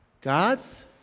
God's